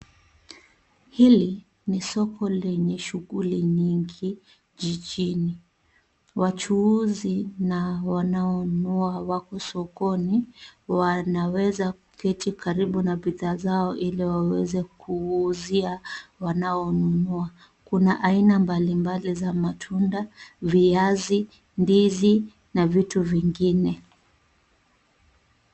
Hili ni soko lenye shughuli nyingi jijini. Wachuuzi na wanaonunua wako sokoni wanaweza kuketi karibu na bidhaa zao ili waweze kuuzia wanaonunua. Kuna aina mbalimbali za matunda, viazi, ndizi na vitu vingine.